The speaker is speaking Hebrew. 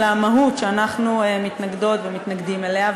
אלא המהות שאנחנו מתנגדות ומתנגדים אליה.